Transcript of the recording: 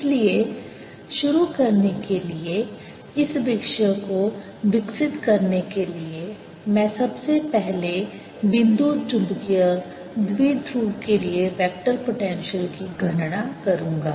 इसलिए शुरू करने के लिए इस विषय को विकसित करने के लिए मैं सबसे पहले बिंदु चुंबकीय द्विध्रुव के लिए वेक्टर पोटेंशियल की गणना करूंगा